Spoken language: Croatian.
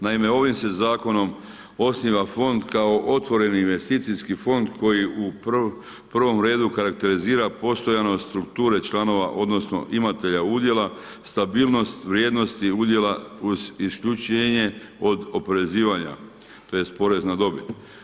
Naime, ovim se Zakonom osniva Fond kao otvoreni investicijski Fond koji u prvom redu karakterizira postojanost strukture članova odnosno imatelja udjela, stabilnost vrijednosti udjela uz isključenje od oporezivanja tj. porez na dobit.